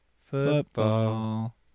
football